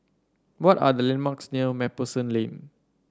what are the landmarks near MacPherson Lane